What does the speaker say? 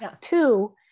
Two